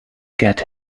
get